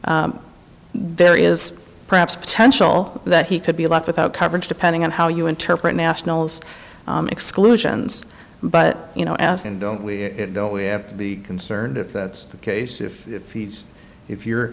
decision there is perhaps potential that he could be left without coverage depending on how you interpret national's exclusions but you know as in don't we don't we have to be concerned if that's the case if he's if you're